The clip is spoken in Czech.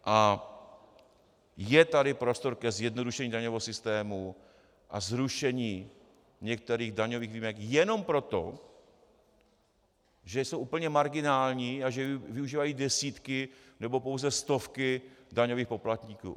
A je tady prostor ke zjednodušení daňového systému a zrušení některých daňových výjimek jenom proto, že jsou úplně marginální a že je využívají desítky nebo pouze stovky daňových poplatníků.